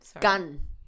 gun